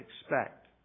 expect